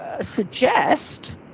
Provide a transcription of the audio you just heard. suggest